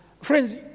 Friends